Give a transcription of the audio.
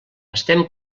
estem